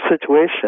situation